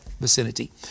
vicinity